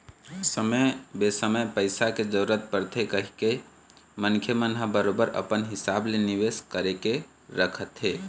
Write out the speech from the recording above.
समे बेसमय पइसा के जरूरत परथे कहिके मनखे मन ह बरोबर अपन हिसाब ले निवेश करके रखथे